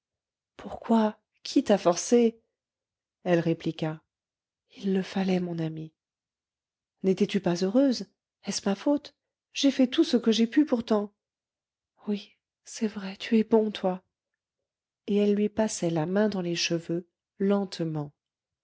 pourquoi qui t'a forcée elle répliqua il le fallait mon ami nétais tu pas heureuse est-ce ma faute j'ai fait tout ce que j'ai pu pourtant oui c'est vrai tu es bon toi et elle lui passait la main dans les cheveux lentement